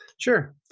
Sure